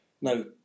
no